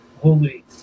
Holy